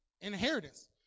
inheritance